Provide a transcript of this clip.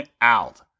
out